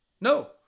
no